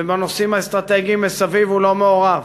ובנושאים האסטרטגיים מסביב הוא לא מעורב.